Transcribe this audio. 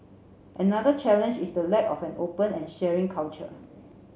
another challenge is the lack of an open and sharing culture